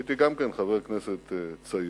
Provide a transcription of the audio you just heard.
כשהייתי גם כן חבר כנסת צעיר,